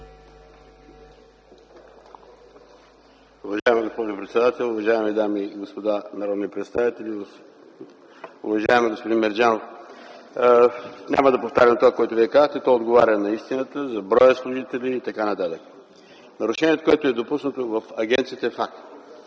Нарушението, допуснато в агенцията, е факт.